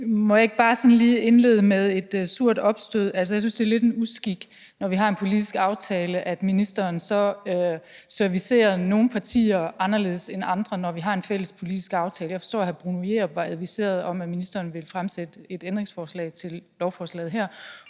Må jeg ikke bare sådan lige indlede med et surt opstød. Jeg synes, det er lidt en uskik, når vi har en fælles politisk aftale, at ministeren så servicerer nogle partier anderledes end andre. Jeg forstår, at hr. Bruno Jerup var adviseret om, at ministeren vil stille et ændringsforslag til lovforslaget her,